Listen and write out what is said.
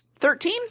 Thirteen